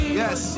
yes